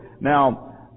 Now